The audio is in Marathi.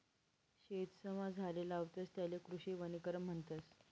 शेतसमा झाडे लावतस त्याले कृषी वनीकरण म्हणतस